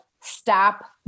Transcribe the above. stop